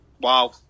Wow